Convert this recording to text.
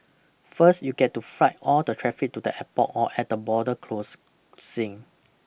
first you get to fright all the traffic to the airport or at the border cross sing